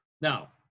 Now